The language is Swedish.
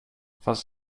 fast